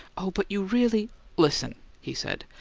oh, but you really listen! he said.